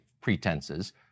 pretenses